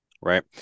right